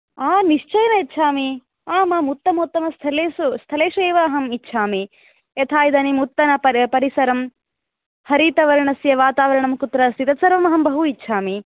आम् निश्चयेन इच्छामि आम् आम् उत्तमः उत्तमः स्थलेषु स्थलेषु एव इच्छामि यथा इदानीं उत्तमपरिसरं हरितवर्णस्य वातावरणं कुत्र अस्ति तद् सर्वम् अहं बहु इच्छामि